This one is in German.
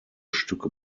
stücke